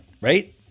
right